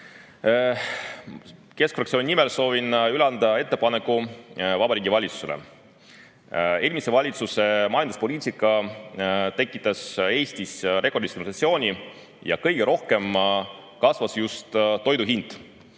Keskfraktsiooni nimel soovin üle anda ettepaneku Vabariigi Valitsusele. Eelmise valitsuse majanduspoliitika tekitas Eestis rekordilise inflatsiooni ja kõige rohkem kasvas just toidu hind.